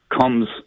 comes